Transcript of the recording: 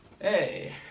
Hey